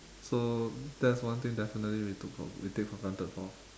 so that's one thing definitely we took for we take for granted for